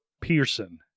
Pearson